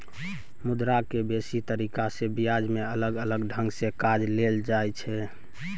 मुद्रा के बेसी तरीका से ब्यापार में अलग अलग ढंग से काज लेल जाइत छै